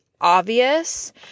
obvious